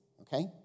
okay